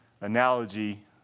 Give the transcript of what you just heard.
analogy